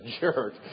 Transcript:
jerk